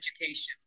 education